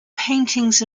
paintings